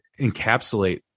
encapsulate